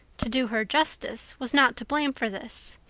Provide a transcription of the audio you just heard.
to do her justice, was not to blame for this.